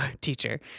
teacher